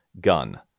gun